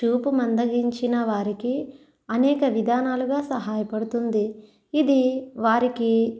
చూపు మందగించిన వారికి అనేక విధానాలుగా సహాయపడుతుంది ఇది వారికి